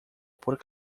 por